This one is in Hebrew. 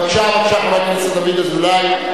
בבקשה, בבקשה, חבר הכנסת דוד אזולאי.